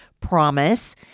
promise